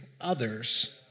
others